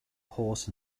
horse